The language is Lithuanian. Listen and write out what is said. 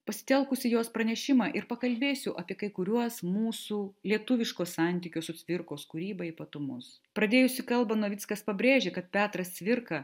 pasitelkusi jos pranešimą ir pakalbėsiu apie kai kuriuos mūsų lietuviškus santykius su cvirkos kūryba ypatumus pradėjusi kalbą novickas pabrėžė kad petras cvirka